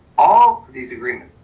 all these agreements,